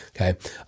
okay